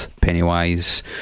Pennywise